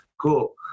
cool